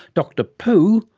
dr poo,